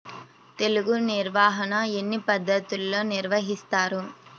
తెగులు నిర్వాహణ ఎన్ని పద్ధతుల్లో నిర్వహిస్తారు?